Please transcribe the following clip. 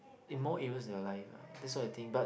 in more areas their life lah that's what I think but